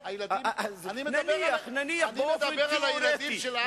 אני מדבר על הילדים של עזה.